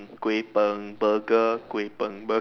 Kuay Png Burger Kuay Png Burger